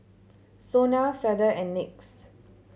SONA Feather and NYX